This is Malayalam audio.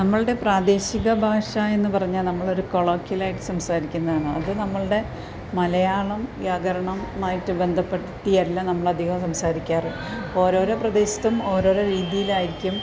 നമ്മളുടെ പ്രാദേശിക ഭാഷ എന്ന് പറഞ്ഞാൽ നമ്മളൊരു കൊളോക്ക്യൽ ആയിട്ട് സംസാരിക്കുന്നതാണ് അത് നമ്മളുടെ മലയാളം വ്യാകരണവുമായിട്ട് ബന്ധപ്പെടുത്തിയല്ല നമ്മളധികം സംസാരിക്കാറ് ഓരോരോ പ്രദേശത്തും ഓരോരോ രീതിയിലായിരിക്കും